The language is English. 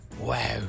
Wow